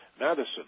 Madison